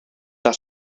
mynd